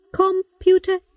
Computer